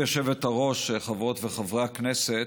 גברתי היושבת-ראש, חברות וחברי הכנסת,